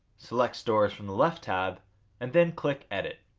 select stores from the left tab and then click edit.